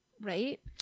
right